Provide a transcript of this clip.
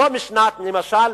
ולא, למשל,